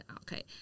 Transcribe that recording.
Okay